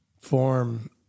form